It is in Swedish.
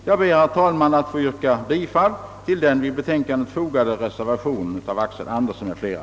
Jag ber, herr talman, att få yrka bifall till den vid utlåtandet fogade reservationen av herr Axel Andersson m.fl.